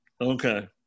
Okay